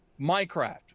Minecraft